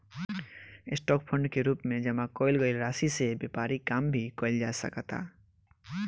stock fund के रूप में जामा कईल गईल राशि से व्यापारिक काम भी कईल जा सकता